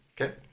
Okay